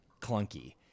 clunky